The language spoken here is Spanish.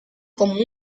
como